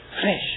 Fresh